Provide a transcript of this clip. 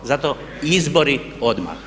Zato izbori odmah.